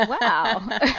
Wow